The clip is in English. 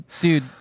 Dude